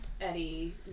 eddie